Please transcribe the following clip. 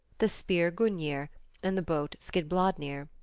the spear gungnir and the boat skidbladnir.